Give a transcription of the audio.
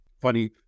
Funny